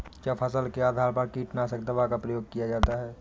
क्या फसल के आधार पर कीटनाशक दवा का प्रयोग किया जाता है?